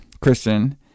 Christian